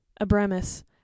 abramus